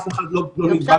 אף אחד לא נדבק בהם.